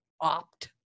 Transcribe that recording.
opt